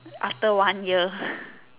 after one year